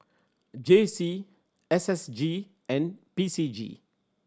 J C S S G and B C G